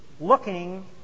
Looking